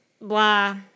Blah